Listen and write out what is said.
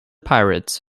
pirates